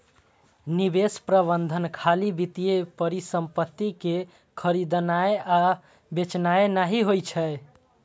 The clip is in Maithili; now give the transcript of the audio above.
निवेश प्रबंधन खाली वित्तीय परिसंपत्ति कें खरीदनाय आ बेचनाय नहि होइ छै